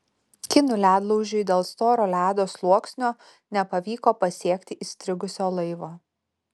kinų ledlaužiui dėl storo ledo sluoksnio nepavyko pasiekti įstrigusio laivo